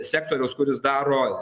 sektoriaus kuris daro